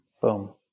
boom